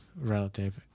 relative